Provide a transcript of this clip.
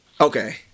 okay